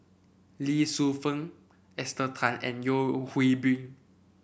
Lee Shu Fen Esther Tan and Yeo Hwee Bin